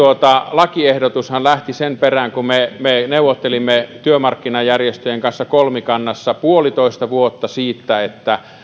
lakiehdotushan lähti sen perään kun me me neuvottelimme työmarkkinajärjestöjen kanssa kolmikannassa puolitoista vuotta siitä